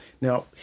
Now